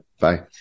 Bye